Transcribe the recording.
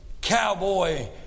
cowboy